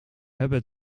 hebben